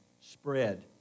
spread